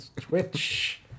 Twitch